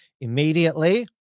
immediately